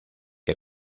que